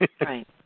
Right